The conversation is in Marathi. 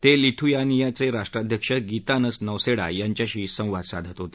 ते लिथुयानियाचे राष्ट्राध्यक्ष गीतानस नौसेडा यांच्याशी संवाद साधत होते